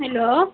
hello